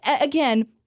again